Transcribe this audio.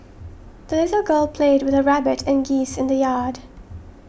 the little girl played with her rabbit and geese in the yard